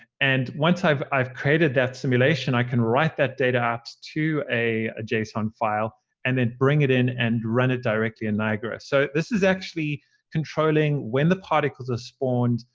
and once i've i've created that simulation, i can write that data out to a ah json file and then bring it in and run it directly in niagara. so this is actually controlling when the particles are spawned,